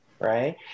right